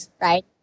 right